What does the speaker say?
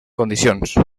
condicions